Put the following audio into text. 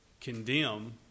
condemn